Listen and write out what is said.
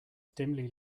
dimly